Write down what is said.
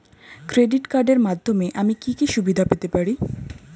Credit কার্ডের মাধ্যমে আমি কি কি সুবিধা পেতে পারি?